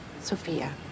Sophia